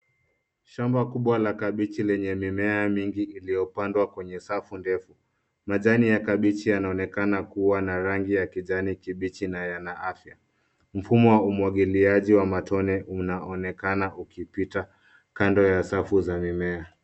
Shamba kubwa la kabichi lenye mimea mingi iliyopandwa kwenye safu ndefu. Majani ya kabichi yanaonekana kua na rangi ya kijani kibichi na yana afya. Mfumo wa umwagiliaji wa matone unaonekana ukipita, kando ya safu za mimea.